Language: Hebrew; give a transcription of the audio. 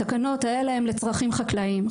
התקנות האלה הן לצרכים חקלאיים.